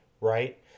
right